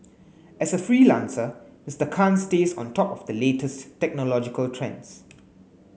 as a freelancer Mister Khan stays on top of the latest technological trends